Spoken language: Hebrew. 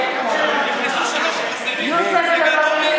אינה נוכחת תמר זנדברג,